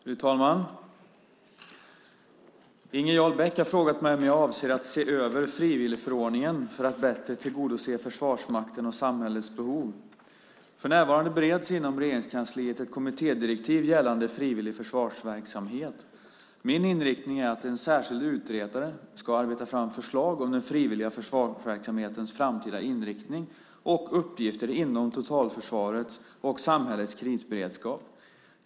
Fru talman! Inger Jarl Beck har frågat mig om jag avser att se över frivilligförordningen för att bättre tillgodose Försvarsmaktens och samhällets behov. För närvarande bereds inom Regeringskansliet ett kommittédirektiv gällande frivillig försvarsverksamhet. Min inriktning är att en särskild utredare ska arbeta fram förslag om den frivilliga försvarsverksamhetens framtida inriktning och uppgifter inom totalförsvaret och samhällets krisberedskap.